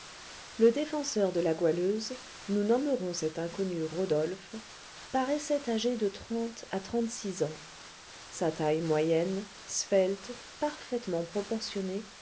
le défenseur de la goualeuse nous nommerons cet inconnu rodolphe paraissait âgé de trente à trente-six ans sa taille moyenne svelte parfaitement proportionnée